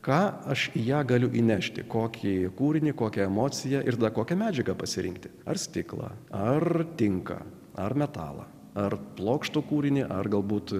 ką aš ją galiu įnešti kokį kūrinį kokią emociją ir kokią medžiagą pasirinkti ar stiklą ar tinka ar metalą ar plokšto kūrinį ar galbūt